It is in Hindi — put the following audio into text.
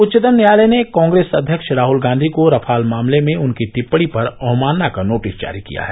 उच्चतम न्यायालय ने कांग्रेस अध्यक्ष राहुल गांधी को रफाल मामले में उनकी टिप्पणी पर अवमानना का नोटिस जारी किया है